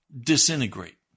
disintegrate